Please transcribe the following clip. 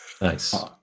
Nice